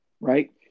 right